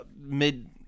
mid